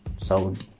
Saudi